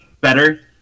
better